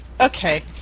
okay